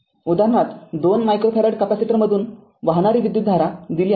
उदाहरणात २ microfarad कॅपेसिटरमधून वाहणारी विद्युतधारा दिली आहे